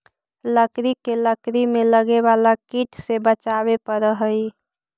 लकड़ी के लकड़ी में लगे वाला कीट से बचावे पड़ऽ हइ